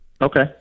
okay